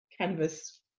canvas